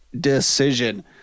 decision